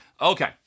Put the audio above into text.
Okay